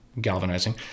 galvanizing